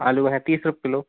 आलू है तीस रुपये किलो